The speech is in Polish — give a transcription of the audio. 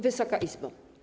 Wysoka Izbo!